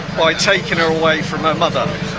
by taking her away from her mother.